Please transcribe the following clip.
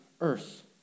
earth